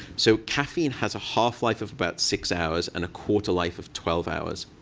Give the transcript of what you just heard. so caffeine has a half-life of about six hours and a quarter-life of twelve hours.